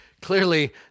Clearly